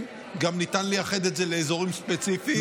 גם ניתן לייחד את זה לאזורים ספציפיים.